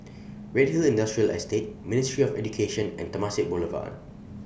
Redhill Industrial Estate Ministry of Education and Temasek Boulevard